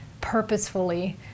purposefully